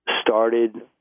started